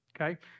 Okay